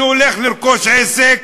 שהולך לרכוש עסק.